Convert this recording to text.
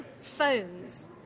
phones